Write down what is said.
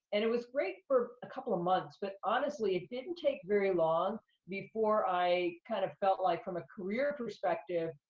and it was great for a couple of months, but honestly, it didn't take very long before i kind of felt like, from a career perspective,